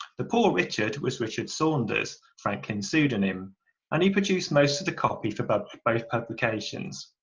the poor richard was richard saunders franklin's pseudonym and he produced most of the copy for but both publications.